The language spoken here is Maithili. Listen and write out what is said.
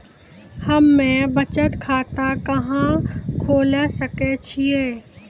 हम्मे बचत खाता कहां खोले सकै छियै?